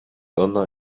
ona